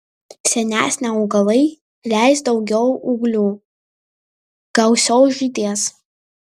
senesni augalai leis daugiau ūglių gausiau žydės